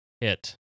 hit